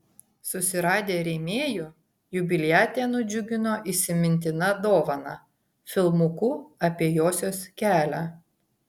susiradę rėmėjų jubiliatę nudžiugino įsimintina dovana filmuku apie josios kelią